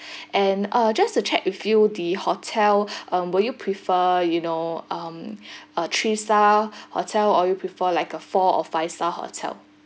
and uh just to check with you the hotel uh will you prefer you know uh a three star hotel or you prefer like a four or five star hotel